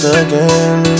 again